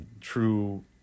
true